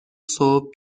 صبح